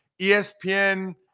ESPN